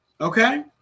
okay